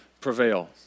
prevail